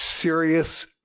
serious